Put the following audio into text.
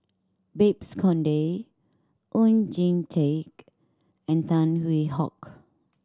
Babes Conde Oon Jin Teik and Tan Hwee Hock